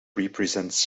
represents